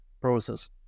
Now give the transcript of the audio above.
process